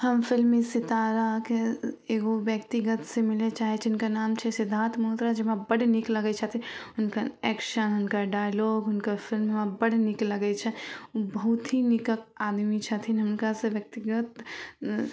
हम फिलमी सिताराके एगो व्यक्तिगतसे मिलै चाहै छिए हुनकर नाम छिए सिद्धार्थ मलहोत्रा जे हमरा बड्ड नीक लगै छथिन हुनकर एक्शन हुनकर डायलॉग हुनकर फिलिम हमरा बड्ड नीक लगै छै ओ बहुत ही नीक आदमी छथिन हुनका से व्यक्तिगत